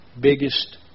biggest